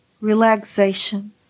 relaxation